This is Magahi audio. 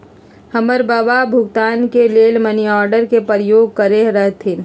हमर बबा भुगतान के लेल मनीआर्डरे के प्रयोग करैत रहथिन